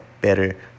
better